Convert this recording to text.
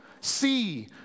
see